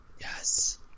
Yes